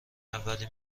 اولین